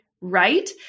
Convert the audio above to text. right